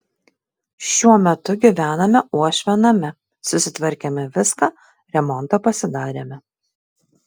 šiuo metu gyvename uošvio name susitvarkėme viską remontą pasidarėme